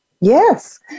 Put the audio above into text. Yes